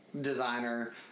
designer